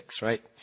right